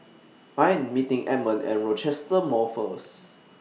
I Am meeting Edmond At Rochester Mall First